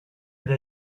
agli